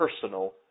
personal